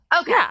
Okay